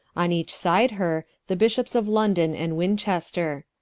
on each side her, the bishops of london, and winchester.